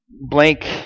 blank